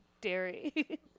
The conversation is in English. dairy